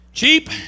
Cheap